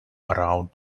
around